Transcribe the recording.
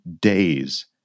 days